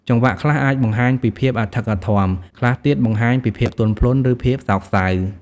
ចង្វាក់ខ្លះអាចបង្ហាញពីភាពអធិកអធម ខ្លះទៀតបង្ហាញពីភាពទន់ភ្លន់ ឬភាពសោកសៅ។